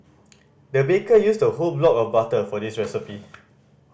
the baker used a whole block of butter for this recipe